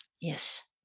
Yes